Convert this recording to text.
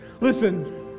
Listen